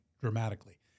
dramatically